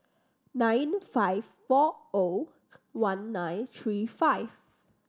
nine in five four zero one nine three five